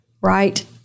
right